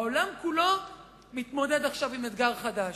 העולם כולו מתמודד עכשיו עם אתגר חדש.